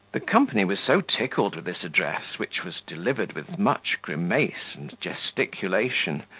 the company was so tickled with this address, which was delivered with much grimace and gesticulation,